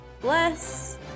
Bless